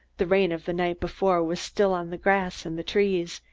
the rain of the night before was still on the grass and the trees,